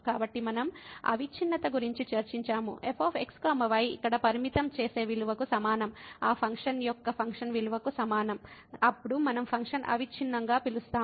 కాబట్టి మనం అవిచ్ఛిన్నత గురించి చర్చించాము f x y ఇక్కడ పరిమితం చేసే విలువకు సమానం ఆ ఫంక్షన్ యొక్క ఫంక్షన్ విలువకు సమానం అప్పుడు మనం ఫంక్షన్ అవిచ్ఛిన్నంగా పిలుస్తాము